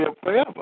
forever